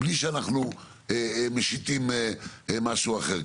בלי שאנחנו משיתים משהו אחר.